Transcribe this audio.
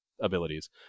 abilities